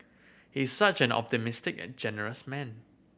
he is such an optimistic a generous man